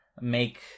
make